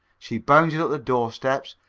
she bounded up the doorsteps,